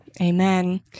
amen